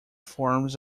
forms